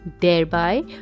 thereby